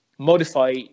modify